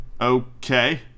Okay